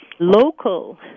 Local